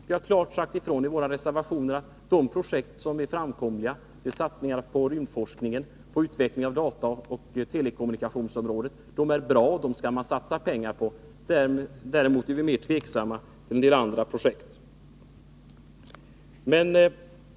Vi har i våra reservationer klart sagt ifrån att de projekt som är framkomliga är satsningar på rymdforskningen och på utvecklingen på dataoch telekommunikationsområdet. Dessa åtgärder är bra, och där skall man satsa pengar. Däremot är vi mer tveksamma till en del andra projekt.